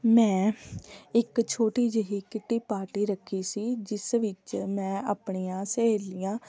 ਮੈਂ ਇੱਕ ਛੋਟੀ ਜਿਹੀ ਕਿੱਟੀ ਪਾਰਟੀ ਰੱਖੀ ਸੀ ਜਿਸ ਵਿੱਚ ਮੈਂ ਆਪਣੀਆਂ ਸਹੇਲੀਆਂ